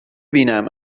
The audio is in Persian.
بینم